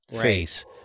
face